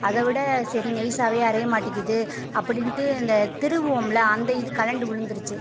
அதைவிட சரி நெய்சாவே அரைய மாட்டேங்குது அப்படினுட்டு இந்த திருகுவோம்ல அந்த இது கழண்டு விழுந்துருச்சு